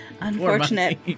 Unfortunate